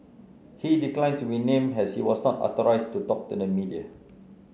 he declined to be named as he was not authorised to talk to the media